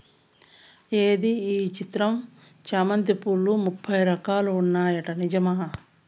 ఏంది ఈ చిత్రం చామంతి పూలు ముప్పై రకాలు ఉంటాయట నిజమా